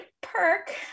perk